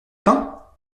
pain